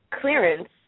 clearance